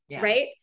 Right